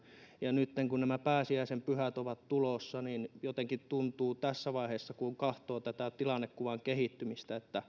ja nytten kun nämä pääsiäisen pyhät ovat tulossa niin jotenkin tuntuu tässä vaiheessa kun katsoo tätä tilannekuvan kehittymistä että